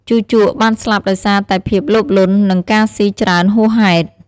ជូជកបានស្លាប់ដោយសារតែភាពលោភលន់ និងការស៊ីច្រើនហួសហេតុ។